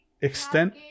extend